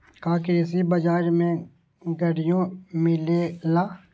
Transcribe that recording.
का कृषि बजार में गड़ियो मिलेला?